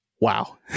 wow